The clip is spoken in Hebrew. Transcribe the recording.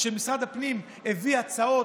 כשמשרד הפנים הביא הצעות,